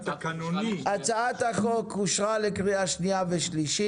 הצעת החוק אושרה לקריאה שנייה ושלישית.